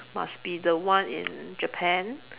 must be the one in Japan